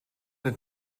het